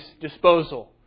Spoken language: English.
disposal